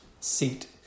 seat